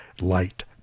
Light